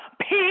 peace